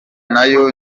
nayo